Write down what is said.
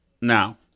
now